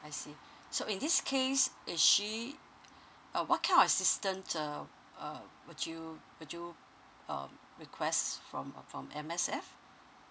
I see so in this case is she uh what kind of assistance um uh would you would you uh requests from from M_S_F